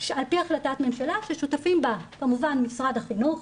על פי החלטת ממשלה ששותפים בה כמובן משרד החינוך,